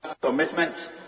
commitment